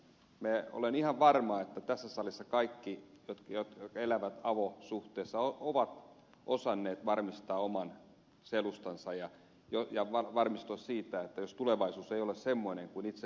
minä olen ihan varma että tässä salissa kaikki jotka elävät avosuhteessa ovat osanneet varmistaa oman selustansa ja varmistua sen varalta jos tulevaisuus ei ole sellainen kuin itse haluaa